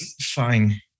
Fine